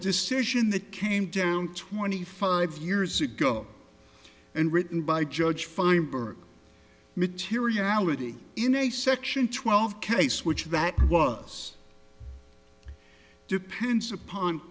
decision that came down twenty five years ago and written by judge feinberg materiality in a section twelve case which that was depends upon